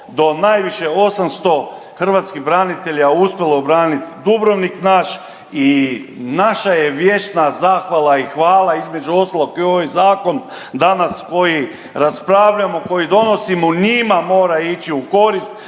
do najviše 800 hrvatskih branitelja uspjelo obranit Dubrovnik naš i naša je vječna zahvala i hvala, između ostalog i ovaj zakon danas koji raspravljamo i koji donosimo, njima mora ići u korist,